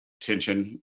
tension